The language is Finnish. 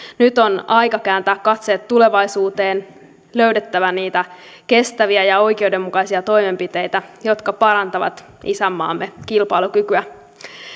nyt on aika kääntää katseet tulevaisuuteen löydettävä niitä kestäviä ja oikeudenmukaisia toimenpiteitä jotka parantavat isänmaamme kilpailukykyä